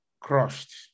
crushed